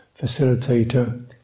facilitator